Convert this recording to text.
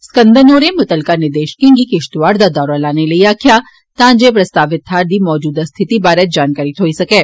स्कंद होरें मुतलका निदेषकें गी किष्तवाड़ दा दौरा लाने लेई आक्खेआ तां जे प्रस्तावित थाहर दी मौजूदा स्थिति बारै जानकारी थ्होई सकै